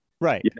right